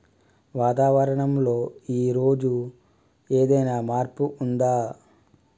వాతావరణం లో ఈ రోజు ఏదైనా మార్పు ఉందా?